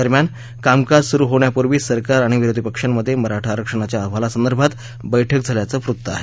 दरम्यान कामकाज सुरु होण्यापूर्वी सरकार आणि विरोधी पक्षांमध्ये मराठा आरक्षणाच्या अहवालासंदर्भात बैठक झाल्याचं व्रत्त आहे